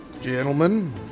Gentlemen